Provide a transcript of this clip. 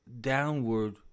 downward